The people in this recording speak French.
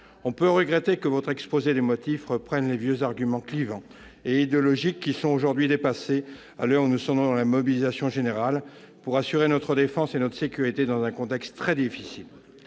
On peut regretter que l'exposé des motifs de la proposition de loi reprenne de vieux arguments clivants et idéologiques, aujourd'hui dépassés, à l'heure où nous sonnons la mobilisation générale pour assurer notre défense et notre sécurité dans un contexte très difficile.